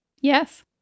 Yes